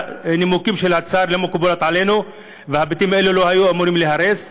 הנימוקים של ההצעה לא מקובלים עלינו והבתים האלה לא היו אמורים להיהרס.